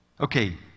Okay